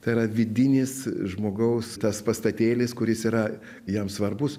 tai yra vidinis žmogaus tas pastatėlis kuris yra jam svarbus